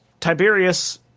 Tiberius